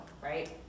right